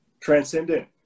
Transcendent